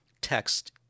text